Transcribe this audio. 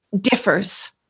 differs